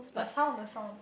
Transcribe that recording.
the sound the sound